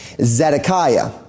Zedekiah